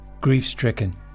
grief-stricken